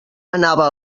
anava